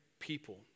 people